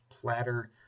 platter